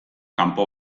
kanpo